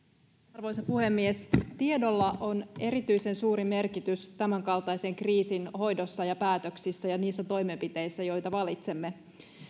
arvoisa puhemies tiedolla on erityisen suuri merkitys tämänkaltaisen kriisin hoidossa ja päätöksissä ja niissä toimenpiteissä joita valitsemme